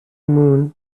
moon